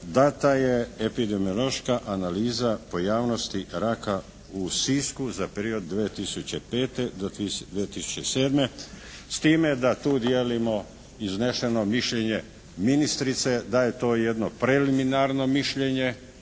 dana je epidemiološka analiza pojavnosti raka u Sisku za period 2005. do 2007. s time da tu dijelimo iznešeno mišljenje ministrice da je to jedno preliminarno mišljenje